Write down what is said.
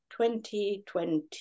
2020